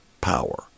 power